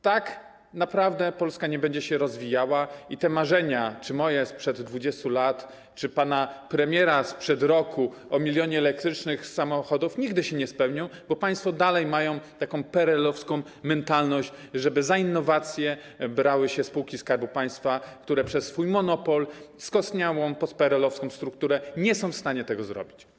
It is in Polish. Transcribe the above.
Tak naprawdę Polska nie będzie się rozwijała i te marzenia czy moje sprzed 20 lat, czy pana premiera sprzed roku o milionie elektrycznych samochodów nigdy się nie spełnią, bo państwo dalej mają taką PRL-owską mentalność, żeby za innowacje brały się spółki Skarbu Państwa, które przez swój monopol, skostniałą postpeerelowską strukturę nie są w stanie tego zrobić.